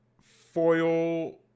foil